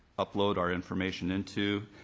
upload our information into.